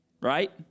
Right